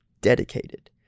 dedicated